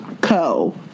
Co